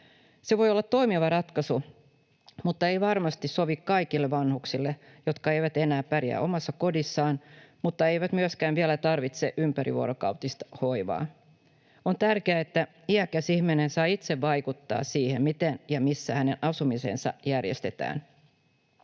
Se voi olla toimiva ratkaisu, mutta ei varmasti sovi kaikille vanhuksille, jotka eivät enää pärjää omassa kodissaan, mutta eivät myöskään vielä tarvitse ympärivuorokautista hoivaa. On tärkeää, että iäkäs ihminen saa itse vaikuttaa siihen, miten ja missä hänen asumisensa järjestetään.